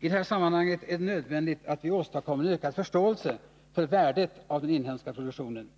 I det här sammanhanget är det nödvändigt att vi åstadkommer en ökad förståelse för värdet av den inhemska produktionen.